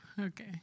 Okay